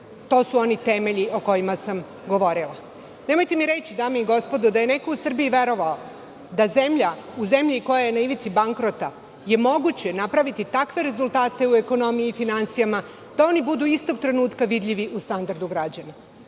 to su oni temelji o kojima sam govorila. Nemojte mi reći, dame i gospodo, da je neko u Srbiji verovao da je u zemlji koja je na ivici bankrota moguće napraviti takve rezultate u ekonomiji i finansijama da oni budu istog trenutka vidljivi u standardu građana.